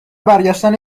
برگشتن